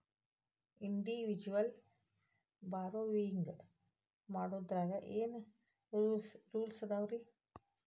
Individual borrowing ಮಾಡೊದಾದ್ರ ಏನ್ ರೂಲ್ಸಿರ್ತಾವ?